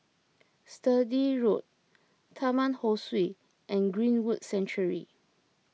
Sturdee Road Taman Ho Swee and Greenwood Sanctuary